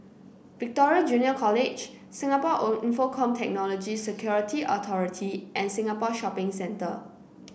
Victoria Junior College Singapore Infocomm Technology Security Authority and Singapore Shopping Centre